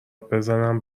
بزنم